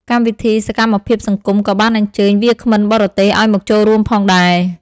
កម្មវិធីសកម្មភាពសង្គមក៏បានអញ្ជើញវាគ្មិនបរទេសឱ្យមកចូលរួមផងដែរ។